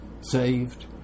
saved